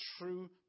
true